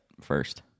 first